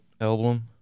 album